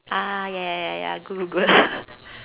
ah ya ya ya good good